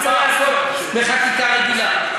צריך לעשות את זה בחקיקה רגילה.